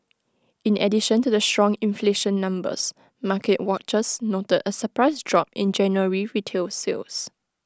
in addition to the strong inflation numbers market watchers noted A surprise drop in January retail sales